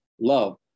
love